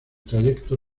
trayecto